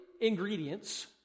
ingredients